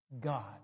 God